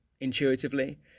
intuitively